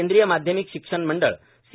केंद्रीय माध्यमिक शिक्षण मंडळ सी